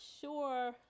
sure